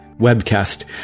webcast